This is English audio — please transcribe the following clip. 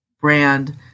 brand